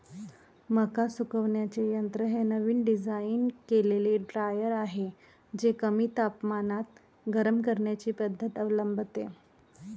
मका सुकवण्याचे यंत्र हे नवीन डिझाइन केलेले ड्रायर आहे जे कमी तापमानात गरम करण्याची पद्धत अवलंबते